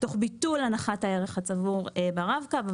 ותבוטל הנחת הערך הצבור ברב קו,